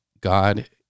God